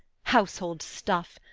household stuff,